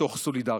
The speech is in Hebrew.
ומתוך סולידריות.